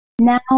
Now